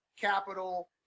capital